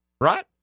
right